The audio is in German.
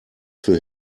für